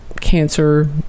cancer